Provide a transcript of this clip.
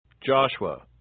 Joshua